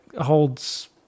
holds